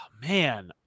man